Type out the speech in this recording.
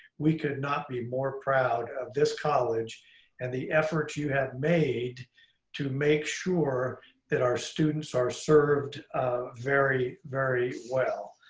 we could not be more proud of this college and the effort you have made to make sure that our students are served very, very well.